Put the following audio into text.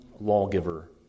lawgiver